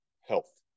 health